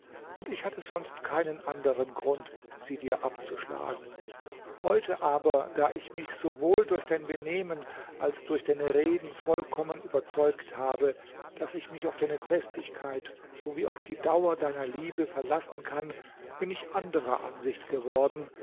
und ich hatte sonst keinen anderen grund sie dir abzuschlagen heute aber da ich mich sowohl durch dein benehmen als durch deine reden vollkommen überzeugt habe daß ich mich auf deine festigkeit so wie auf die dauer deiner liebe verlassen kann bin ich anderer ansicht geworden